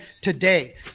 today